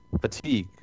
fatigue